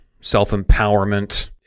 self-empowerment